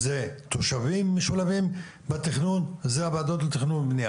הוא תושבים שמשולבים בתכנון ואלו הוועדות לתכנון ובנייה.